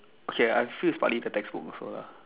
okay I'm free to study with the textbook also lah